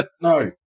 No